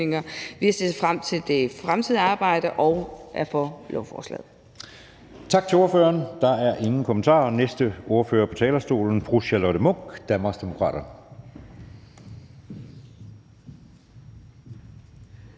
Vi ser frem til det fremtidige arbejde og er for lovforslaget.